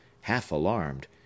half-alarmed